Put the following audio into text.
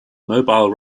mobile